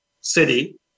city